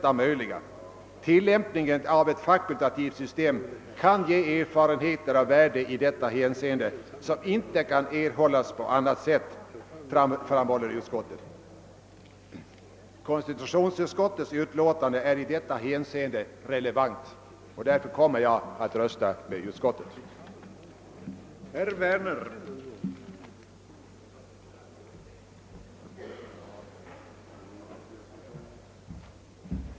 Som grundlagberedningen själv antytt, måste tillämpningen av ett fakultativt system kunna ge erfarenheter av värde i detta hänseende, som inte kan erhållas på annat sätt.» Konstitutionsutskottets utlåtande är i detta avseende relevant, och jag kommer därför att rösta för utskottets hemställan.